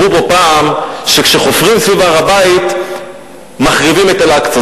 אמרו פה פעם שכשחופרים סביב הר-הבית מחריבים את אל-אקצא.